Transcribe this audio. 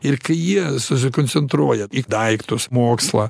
ir kai jie susikoncentruoja į daiktus mokslą